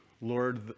Lord